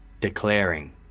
declaring